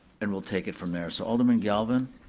and we'll take it from there, so alderman galvin.